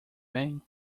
thing